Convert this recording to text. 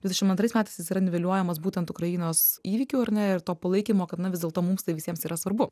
dvidešimt antrais metais jis yra niveliuojamas būtent ukrainos įvykių ar ne ir to palaikymo kada na vis dėlto mums tai visiems yra svarbu